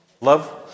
Love